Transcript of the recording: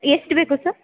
ಎಷ್ಟು ಬೇಕು ಸರ್